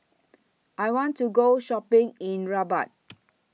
I want to Go Shopping in Rabat